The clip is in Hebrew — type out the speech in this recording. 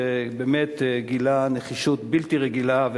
שבאמת גילה נחישות בלתי רגילה,